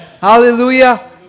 Hallelujah